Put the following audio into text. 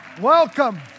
Welcome